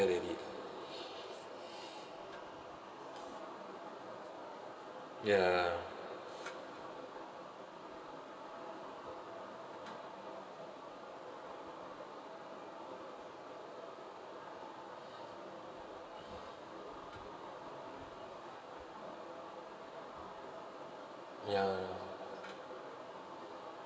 at it ya ya